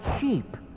cheap